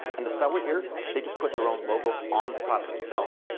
and the seller here, they just put their own logo on the product itself,